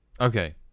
Okay